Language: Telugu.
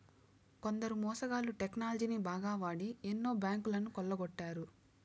కొందరు మోసగాళ్ళు టెక్నాలజీని బాగా వాడి ఎన్నో బ్యాంకులను కొల్లగొట్టారు